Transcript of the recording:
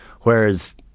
Whereas